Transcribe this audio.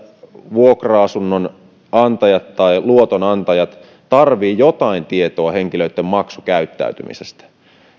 vuokra asunnon antajat tai luotonantajat tarvitsevat jotain tietoa henkilöitten maksukäyttäytymisestä